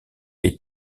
est